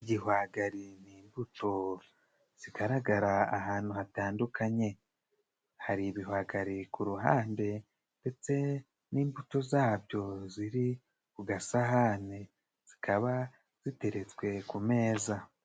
Igihwagari ni imbuto zigaragara ahantu hatandukanye, hari ibihwagari ku ruhande ndetse n'imbuto zabyo ziri ku gasahane zikaba ziteretswe ku meza.